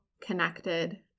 connected